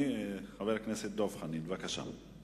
חבר הכנסת דב חנין, בבקשה.